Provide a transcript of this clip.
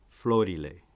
florile